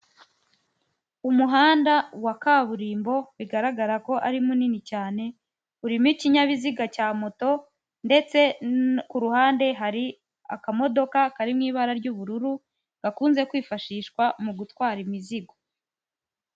Umuhanda wa kaburimbo bigaragara ko ari munini cyane, urimo ikinyabiziga cya moto ndetse ku ruhande hari akamodoka kari mu ibara ry'ubururu gakunze kwifashishwa mu gutwara imizigo.